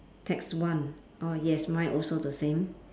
tax one oh yes mine also the same